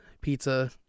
pizza